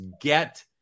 get